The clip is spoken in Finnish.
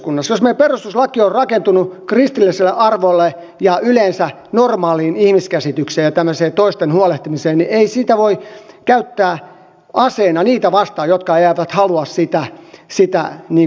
jos meidän perustuslakimme on rakentunut kristillisille arvoille ja yleensä normaaliin ihmiskäsitykseen ja tämmöiseen toisista huolehtimiseen niin ei sitä voi käyttää aseena niitä vastaan jotka eivät halua sitä muuttaa